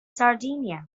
sardinia